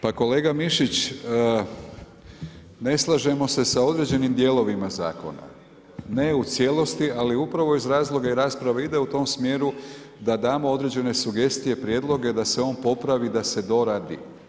Pa kolega Mišić, ne slažemo se sa određenim dijelovima zakona, ne u cijelosti, ali upravo iz razloga i rasprava ide u tom smjeru da damo određene sugestije, prijedloge da se on popravi da se doradi.